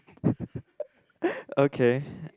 okay